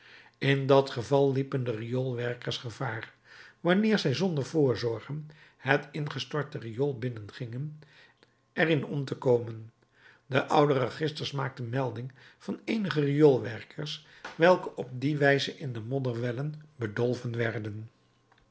in dat geval liepen de rioolwerkers gevaar wanneer zij zonder voorzorgen het ingestorte riool binnengingen er in om te komen de oude registers maken melding van eenige rioolwerkers welke op die wijze in de modderwellen bedolven werden